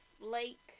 lake